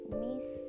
miss